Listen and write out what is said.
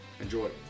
Enjoy